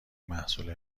محصول